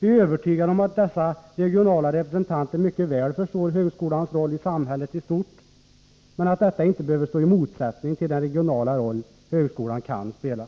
Vi är övertygade om att dessa regionala representanter mycket väl förstår högskolans roll i samhället i stort men att detta inte behöver stå i motsättning till den regionala roll högskolan kan spela.